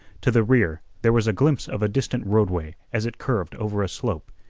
to the rear there was a glimpse of a distant roadway as it curved over a slope.